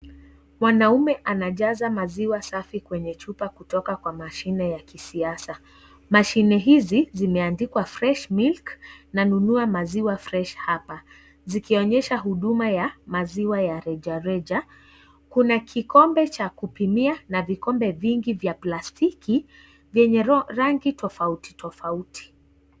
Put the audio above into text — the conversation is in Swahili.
Mwanaume anajaza maziwa safi kwenye chupa kutoka kwa mashine ya kisasa. Mashine hizi zimeandikwa Fresh Milk na nunua maziwa fresh hapa; zikionyesha huduma ya maziwa ya rejareja. Kuna kikombe cha kupimia na vikombe vingi vya plastiki vyenye rangi tofauti, tofauti.